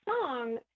song